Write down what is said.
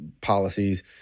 policies